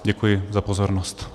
Děkuji za pozornost.